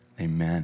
Amen